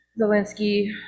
Zelensky